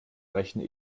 rechne